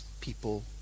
people